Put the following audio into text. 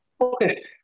Okay